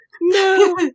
No